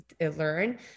learn